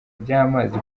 by’amazi